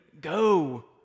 go